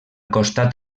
costat